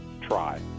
Try